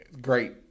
great